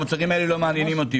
המוצרים האלה לא מעניינים אותי.